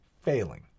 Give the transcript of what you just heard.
failing